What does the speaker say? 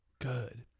good